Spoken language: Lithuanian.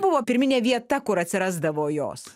buvo pirminė vieta kur atsirasdavo jos